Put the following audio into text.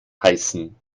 heißen